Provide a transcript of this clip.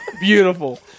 beautiful